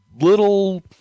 little